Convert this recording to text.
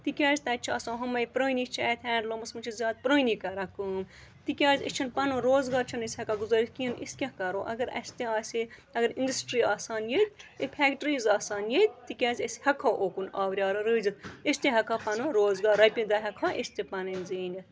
تِکیٛازِ تَتہِ چھُ آسان ہُمَے پرٛٲنی چھِ اَتہِ ہینٛڈلوٗمَس منٛز چھِ زیادٕ پرٛٲنی کَران کٲم تِکیٛازِ أسۍ چھِنہٕ پَنُن روزگار چھِنہٕ أسۍ ہٮ۪کان گُزٲرِتھ کِہیٖنۍ أسۍ کیٛاہ کَرو اگر اَسہِ تہِ آسہِ ہے اگر اِنٛڈَسٹرٛی آسہٕ ہَن ییٚتہِ یہِ فٮ۪کٹریٖز آسہٕ ہَن ییٚتہِ تِکیٛازِ أسۍ ہٮ۪کہٕ ہو اوکُن آوریٛار روٗزِتھ أسۍ تہِ ہٮ۪کہٕ ہو پَنُن روزگار رۄپیہِ دَہ ہٮ۪کہٕ ہو أسۍ تہِ پَنٕنۍ زیٖنِتھ